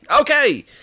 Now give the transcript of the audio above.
Okay